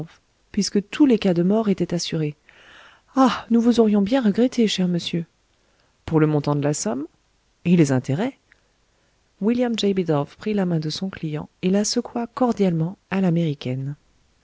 puisque tous les cas de mort étaient assurés ah nous vous aurions bien regretté cher monsieur pour le montant de la somme et les intérêts william j bidulph prit la main de son client et la secoua cordialement à l'américaine